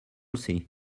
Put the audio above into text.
see